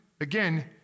Again